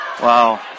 Wow